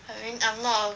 I mean I'm not a